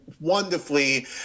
wonderfully